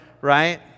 right